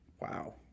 Wow